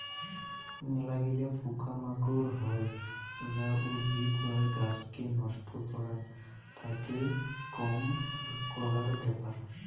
মেলাগিলা পোকা মাকড় হই যা উদ্ভিদ বা গাছকে নষ্ট করাং, তাকে কম করার ব্যাপার